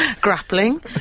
grappling